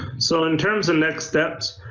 so in terms of next steps,